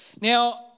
Now